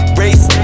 race